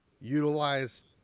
utilize